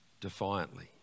defiantly